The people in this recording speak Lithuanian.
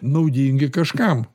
naudingi kažkam